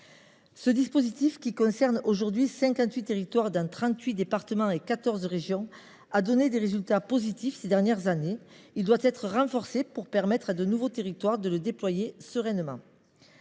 Ce dispositif, qui concerne aujourd’hui 58 territoires, dans 38 départements et 14 régions, a donné des résultats positifs ces dernières années. Il doit être renforcé, pour permettre à de nouveaux territoires de le déployer sereinement.